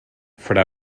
fra